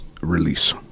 release